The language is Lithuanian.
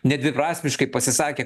nedviprasmiškai pasisakė